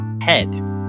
head